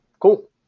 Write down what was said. cool